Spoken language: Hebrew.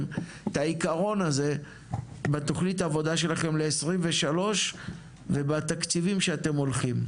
את העיקרון הזה בתכנית עבודה שלכם ל- 2023 ובתקציבים שאתם הולכים.